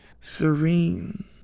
serene